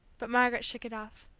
but margaret shook it off.